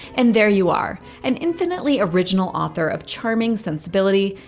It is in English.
and there you are an infinitely original author of charming sensibility,